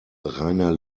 reiner